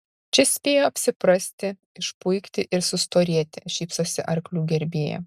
čia spėjo apsiprasti išpuikti ir sustorėti šypsosi arklių gerbėja